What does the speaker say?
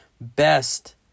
best